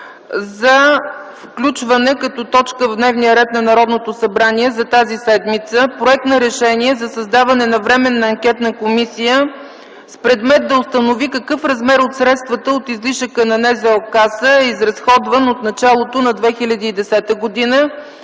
за включване като точка в дневния ред на Народното събрание за тази седмица – Проект на решение за създаване на временна анкетна комисия с предмет да установи какъв размер от средствата от излишъка на НЗОК е изразходван от началото на 2010 г.,